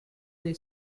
dei